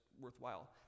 Worthwhile